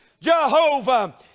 Jehovah